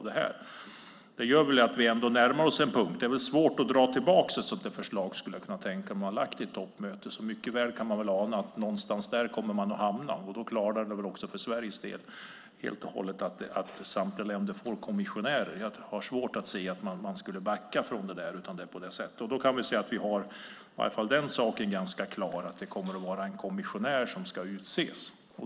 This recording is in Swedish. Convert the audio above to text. Det här gör att vi närmar oss en punkt. Det är väl svårt att dra tillbaka ett sådant här förslag, skulle jag kunna tänka mig, som man har lagt fram vid ett toppmöte. Vi kan ana att man kommer att hamna där någonstans, och då klarnar det väl också för Sveriges del helt och hållet att samtliga länder får en kommissionär. Jag har svårt att se att man skulle backa från det. Då kan vi se att i varje fall den saken är ganska klar att det ska utses en kommissionär.